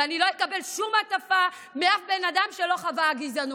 ואני לא אקבל שום הטפה מאף אדם שלא חווה גזענות.